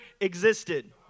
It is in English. existed